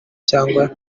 cyangwa